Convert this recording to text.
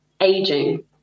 aging